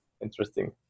Interesting